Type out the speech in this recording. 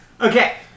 Okay